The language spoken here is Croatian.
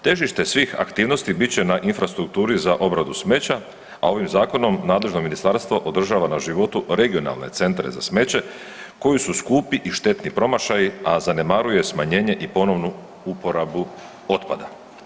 Težište svih aktivnosti bit će na infrastrukturi za obradu smeća, a ovim zakonom nadležno ministarstvo održava na životu regionalne centre za smeće koji su skupi i štetni promašaji, a zanemaruje smanjenje i ponovnu uporabu otpada.